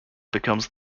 becomes